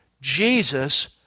Jesus